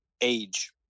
age